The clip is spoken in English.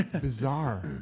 Bizarre